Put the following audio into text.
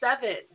seven